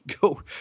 go